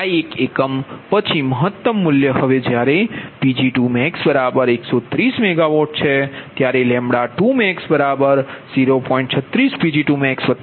આ એક એકમ પછી મહત્તમ મૂલ્ય હવે જ્યારે Pg2Pg2max130MW છે